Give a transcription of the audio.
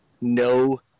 no